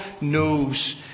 knows